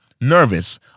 nervous